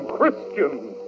Christians